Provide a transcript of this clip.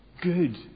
good